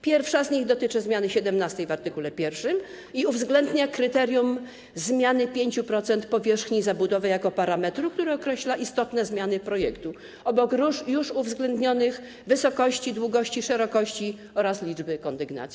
Pierwsza z nich dotyczy zmiany 17. w art. 1 i uwzględnia kryterium zmiany 5% powierzchni zabudowy jako parametru, który określa istotne zmiany projektu, obok już uwzględnionych - wysokości, długości, szerokości oraz liczby kondygnacji.